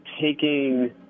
taking